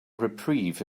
reprieve